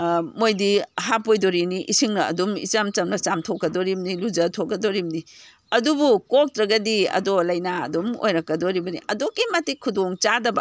ꯃꯣꯏꯗꯤ ꯍꯥꯞꯄꯣꯏꯗꯣꯔꯤꯅꯤ ꯏꯁꯤꯡꯅ ꯑꯗꯨꯝ ꯏꯆꯝ ꯆꯝꯅ ꯆꯥꯝꯊꯣꯛꯀꯗꯣꯔꯤꯝꯅꯤ ꯂꯨꯖꯥꯊꯣꯛꯀꯗꯣꯔꯤꯝꯅꯤ ꯑꯗꯨꯕꯨ ꯀꯣꯛꯇ꯭ꯔꯒꯗꯤ ꯑꯗꯣ ꯂꯩꯅꯥ ꯑꯗꯨꯝ ꯑꯣꯏꯔꯛꯀꯗꯣꯔꯤꯕꯅꯤ ꯑꯗꯨꯛꯀꯤ ꯃꯇꯤꯛ ꯈꯨꯗꯣꯡ ꯆꯥꯗꯕ